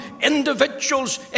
individuals